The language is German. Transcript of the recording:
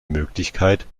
möglichkeit